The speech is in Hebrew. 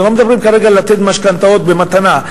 אנחנו לא אומרים כרגע לתת משכנתאות במתנה.